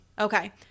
okay